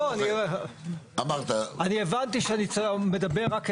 טוב, עשיתי לדעתי אלפי